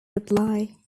reply